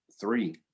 three